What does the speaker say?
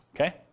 Okay